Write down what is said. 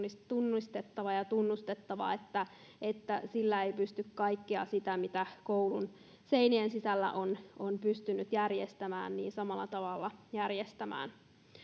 tunnistettava ja tunnustettava että että sillä ei pysty kaikkea sitä mitä koulun seinien sisällä on on pystynyt järjestämään samalla tavalla järjestämään